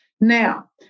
Now